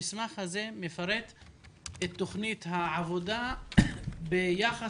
המסמך הזה מפרט את תוכנית העבודה ביחס